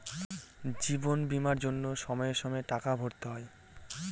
জীবন বীমার জন্য সময়ে সময়ে টাকা ভরতে হয়